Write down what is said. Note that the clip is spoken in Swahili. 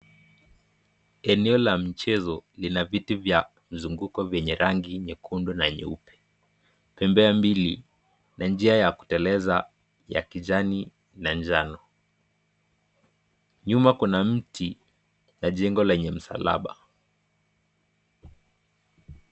Eneo la mchezo lina viti vya mzunguko vyenye rangi nyekundu na nyeupe. Pembea mbili la njia ya kuteleza ya kijani na njano. Nyuma kuna mti na jengo lenye msalaba.